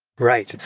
right.